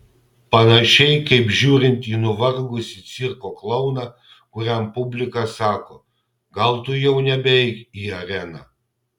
panašiai kaip žiūrint į nuvargusį cirko klouną kuriam publika sako gal tu jau nebeik į areną